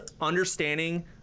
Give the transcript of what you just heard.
understanding